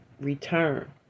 return